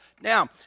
Now